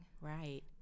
Right